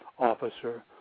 Officer